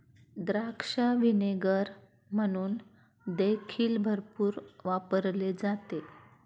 द्राक्ष व्हिनेगर म्हणून देखील भरपूर वापरले जाते